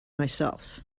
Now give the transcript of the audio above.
myself